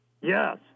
Yes